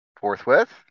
forthwith